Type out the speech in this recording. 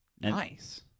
Nice